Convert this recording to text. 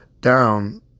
down